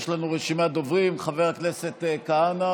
יש לנו רשימת דוברים: חבר הכנסת כהנא